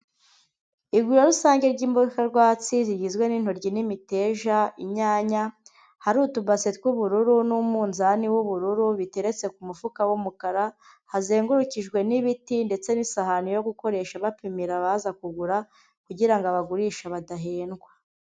Iguriro rusange ry'imboga rwatsi zigizwe n'intoryi, n'imiteja, inyanya, hari utubase tw'ubururu n'umunzani w'ubururu biteretse ku mufuka w'umukara, hazengurukijwe n'ibiti ndetse n'isahani yo gukoresha bapimira abaza kugura, kugira ngo abagurisha badahendwa.